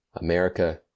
America